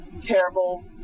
terrible